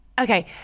Okay